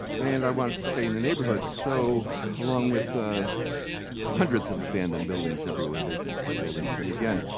and i wanted to stay in the neighborhood, so along with ah just hundreds of abandoned buildings everywhere, vacant buildings. and again,